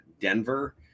Denver